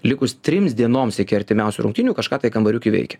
likus trims dienoms iki artimiausių rungtynių kažką tai kambariuke veikė